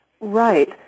Right